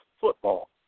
football